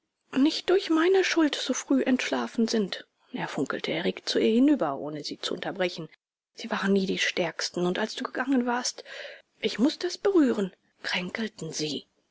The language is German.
nicht durch meine schuld so früh entschlafen sind er funkelte erregt zu ihr hinüber ohne sie zu unterbrechen sie waren nie die stärksten und als du gegangen warst ich muß das berühren kränkelten sie